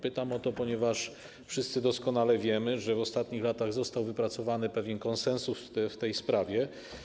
Pytam o to, ponieważ wszyscy doskonale wiemy, że w ostatnich latach został wypracowany pewien konsensus w tej sprawie.